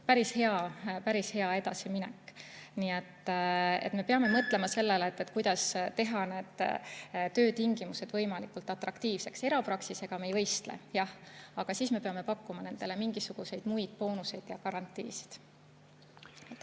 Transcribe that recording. päris hea edasiminek. Nii et me peame mõtlema sellele, kuidas teha need töötingimused võimalikult atraktiivseks. Erapraksisega me ei võistle, jah, aga siis me peame pakkuma nendele mingisuguseid muid boonuseid ja garantiisid.